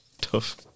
tough